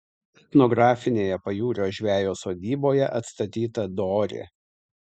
etnografinėje pajūrio žvejo sodyboje atstatyta dorė